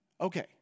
Okay